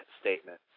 statement